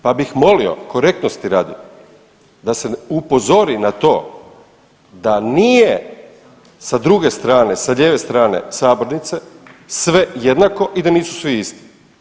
Pa bih molio korektnosti radi da se upozori na to da nije sa druge strane, sa lijeve strane sabornice sve jednako i da nisu svi isti.